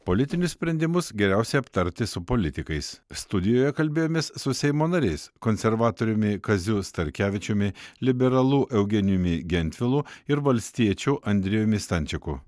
politinius sprendimus geriausia aptarti su politikais studijoje kalbėjomės su seimo nariais konservatoriumi kaziu starkevičiumi liberalu eugenijumi gentvilu ir valstiečiu andriejumi stančiku